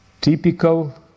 typical